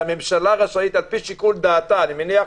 והממשלה רשאית לפי שיקול דעתה אני מניח,